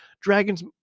Dragons